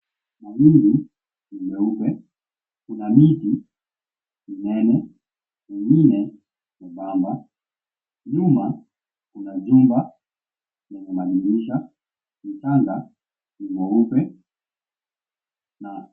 Mawingu ni meupe kuna miti minene mengine miebemba nyuma kuna jumba lenye madirisha kitanda ni mweupe.